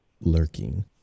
lurking